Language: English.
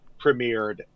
premiered